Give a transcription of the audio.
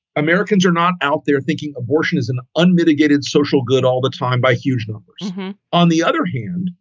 americans are not out there thinking abortion is an unmitigated social good all the time by huge numbers on the other hand,